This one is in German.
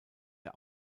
der